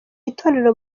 itorero